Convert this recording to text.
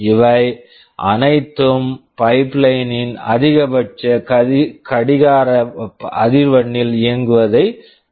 இவை அனைத்தும் pipeline pipeline அதிகபட்ச கடிகார அதிர்வெண்ணில் இயங்குவதைத் தடுக்கிறது